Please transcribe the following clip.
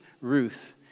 Ruth